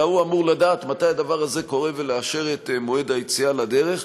אלא הוא אמור לדעת מתי הדבר הזה קורה ולאשר את מועד היציאה לדרך.